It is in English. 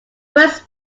first